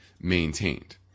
maintained